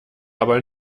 aber